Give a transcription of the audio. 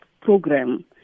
program